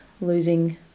losing